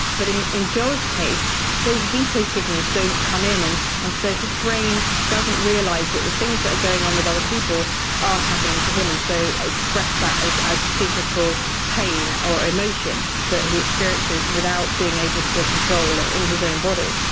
but in in joel's case those veto signals don't come in, and and so his brain doesn't realise that the things that are going on with other people aren't happening to him, and so express that as as physical pain or emotion that he experiences, without being able to control it in his own body.